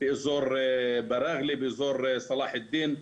באזור ברעלה, באזור סלאח א-דין.